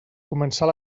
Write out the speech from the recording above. començar